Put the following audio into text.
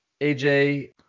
AJ